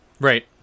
right